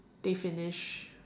they finish